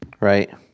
Right